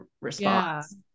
response